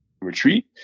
retreat